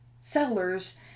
settlers